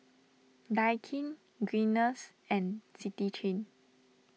Daikin Guinness and City Chain